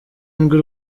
nirwo